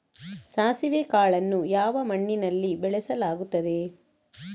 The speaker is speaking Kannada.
ಸಾಸಿವೆ ಕಾಳನ್ನು ಯಾವ ಮಣ್ಣಿನಲ್ಲಿ ಬೆಳೆಸಲಾಗುತ್ತದೆ?